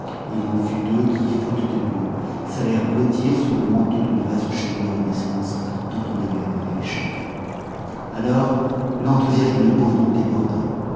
il en fut deux qui faute de mieux s'allèrent blottir sous le manteau d'une vaste cheminée renaissance dont on avait enlevé les chenets alors l'enthousiasme de bourdon déborda